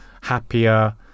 happier